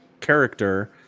character